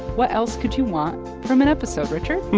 what else could you want from an episode, richard?